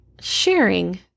sharing